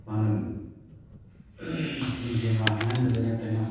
ꯃꯥꯅ ꯂꯤꯡꯖꯦꯟ ꯃꯥꯟꯅꯍꯟꯕꯗ ꯅꯠꯇꯅ